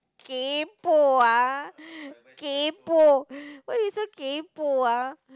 kaypoh ah kaypoh why you so kaypoh ah